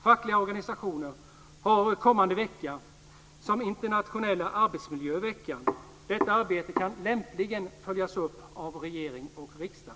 Fackliga organisationer har utsett kommande vecka till en internationell arbetsmiljövecka. Detta arbete kan lämpligen följas upp av regering och riksdag.